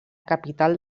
capital